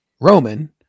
Roman